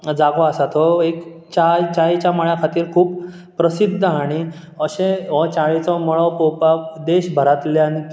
जागो आसा तो एक चाय चायेच्या मळां खातीर खूब प्रसिद्ध आहा आनी अशे वो चावेचो मळो पळोवपाक देश भरांतल्यान